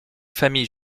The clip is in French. famille